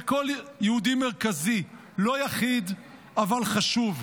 זה קול יהודי מרכזי, לא יחיד אבל חשוב.